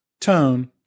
tone